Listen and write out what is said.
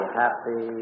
happy